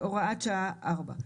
"הוראת שעה4.